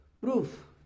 proof